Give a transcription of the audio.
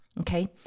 Okay